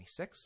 26